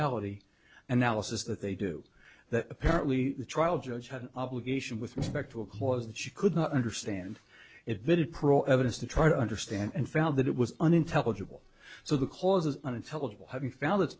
ality analysis that they do that apparently the trial judge had an obligation with respect to a clause that she could not understand it very pro evidence to try to understand and found that it was unintelligible so the cause of unintelligible having